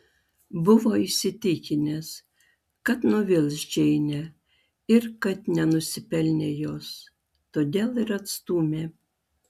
buvo įsitikinęs kad nuvils džeinę ir kad nenusipelnė jos todėl ir atstūmė